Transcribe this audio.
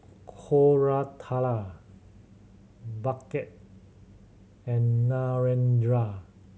Koratala Bhagat and Narendra